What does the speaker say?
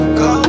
go